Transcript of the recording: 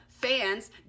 Fans